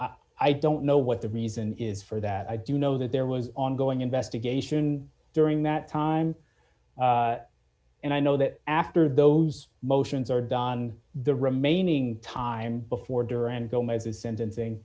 i don't know what the reason is for that i do know that there was ongoing investigation during that time and i know that after those motions are done the remaining time before